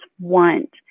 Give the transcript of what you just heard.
want